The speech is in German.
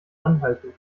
anhalten